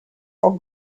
all